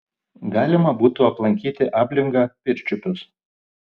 galima būtų aplankyti ablingą pirčiupius